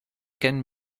can